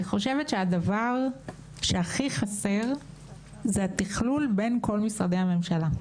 אני חושבת שהדבר שהכי חסר זה התכלול בין כל משרדי הממשלה.